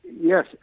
Yes